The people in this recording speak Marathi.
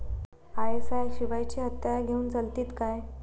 आय.एस.आय शिवायची हत्यारा घेऊन चलतीत काय?